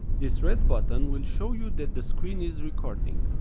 this red button will show you that the screen is recording.